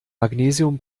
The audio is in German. magnesium